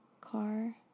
car